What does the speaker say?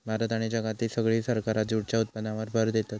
भारत आणि जगातली सगळी सरकारा जूटच्या उत्पादनावर भर देतत